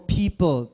people